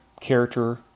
character